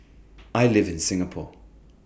I live in Singapore